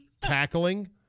tackling